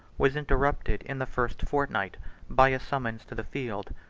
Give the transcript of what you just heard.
was interrupted in the first fortnight by a summons to the field,